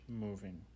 moving